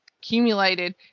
accumulated